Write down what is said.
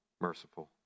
Merciful